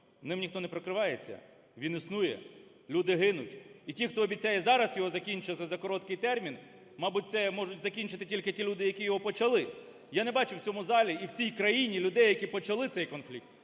ним ніхто не прикривається. Він існує, люди гинуть. І ті, хто обіцяє зараз його закінчити за короткий термін, мабуть, це можуть закінчити тільки ті люди, які його почали. Я не бачу в цьому залі і в цій країні людей, які почали цей конфлікт.